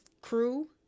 crew